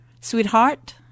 sweetheart